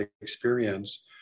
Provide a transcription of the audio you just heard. experience